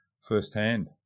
firsthand